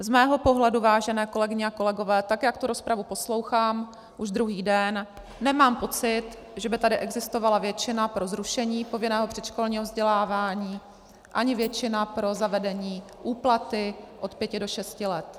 Z mého pohledu, vážené kolegyně a kolegové, tak jak tu rozpravu poslouchám už druhý den, nemám pocit, že by tady existovala většina pro zrušení povinného předškolního vzdělávání ani většina pro zavedení úplaty od pěti do šesti let.